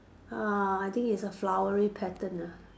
uh I think it's a flowery pattern ah